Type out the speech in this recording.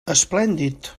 esplèndid